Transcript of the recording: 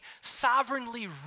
sovereignly